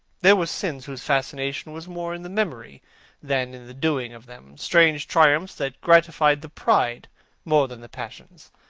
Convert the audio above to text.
there were sins whose fascination was more in the memory than in the doing of them, strange triumphs that gratified the pride more than the passions,